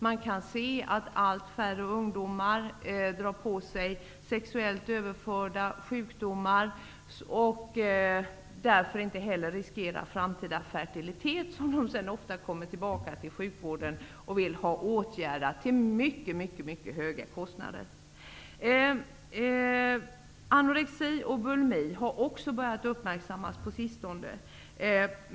Man kan se att allt färre ungdomar drar på sig sexuellt överförda sjukdomar och riskerar sin framtida fertilitet, vilket annars skulle innebära att de kommer tillbaka till sjukvården och vill ha behandling till mycket stora kostnader. Anorexi och bulimi har börjat uppmärksammas på sistone.